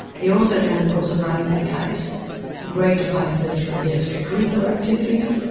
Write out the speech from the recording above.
he also during the course of running that case agreed to pay for the children's extra-curricular activities,